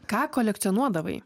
ką kolekcionuodavai